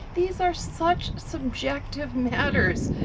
these are such subjective matters.